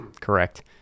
correct